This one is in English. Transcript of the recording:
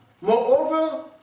Moreover